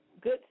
good